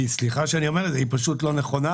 סליחה שאני אומר את זה, היא פשוט לא נכונה.